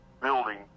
building